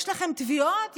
יש לכם תביעות,